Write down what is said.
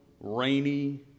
rainy